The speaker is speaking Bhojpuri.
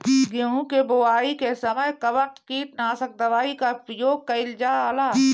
गेहूं के बोआई के समय कवन किटनाशक दवाई का प्रयोग कइल जा ला?